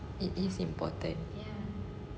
it is important